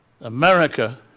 America